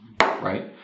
right